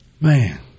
Man